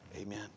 amen